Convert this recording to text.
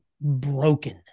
broken